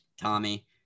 Tommy